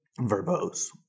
verbose